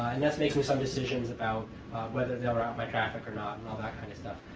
and that's making some decisions about whether they will route my traffic or not and all that kind of stuff.